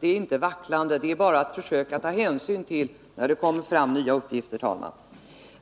Det är inte att vackla, det är bara att försöka ta hänsyn till att det kommer fram nya uppgifter.